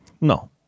No